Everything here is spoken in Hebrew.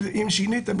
אם שיניתם,